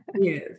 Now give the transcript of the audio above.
Yes